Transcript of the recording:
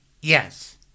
Yes